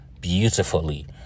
beautifully